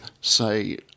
say